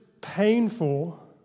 painful